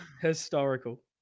historical